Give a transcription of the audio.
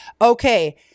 okay